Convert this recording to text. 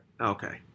Okay